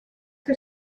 que